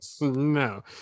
No